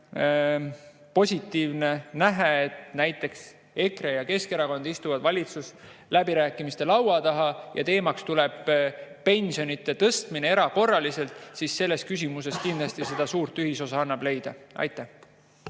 positiivne nähe, et näiteks EKRE ja Keskerakond istuvad valitsusläbirääkimiste laua taha ja teemaks tuleb pensionide tõstmine erakorraliselt, siis selles küsimuses annab seda suurt ühisosa leida. Aivar